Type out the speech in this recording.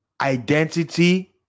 identity